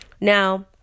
Now